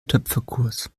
töpferkurs